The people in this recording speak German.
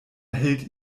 hält